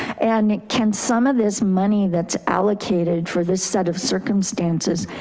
and can some of this money that's allocated for this set of circumstances,